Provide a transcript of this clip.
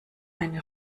eine